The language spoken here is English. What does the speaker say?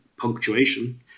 punctuation